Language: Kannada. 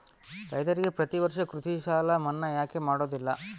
ರೈತರಿಗೆ ಪ್ರತಿ ವರ್ಷ ಕೃಷಿ ಸಾಲ ಮನ್ನಾ ಯಾಕೆ ಮಾಡೋದಿಲ್ಲ?